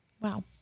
Wow